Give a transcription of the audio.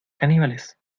caníbales